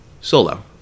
solo